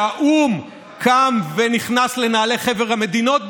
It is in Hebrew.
כשהאו"ם קם ונכנס לנעלי חבר המדינות,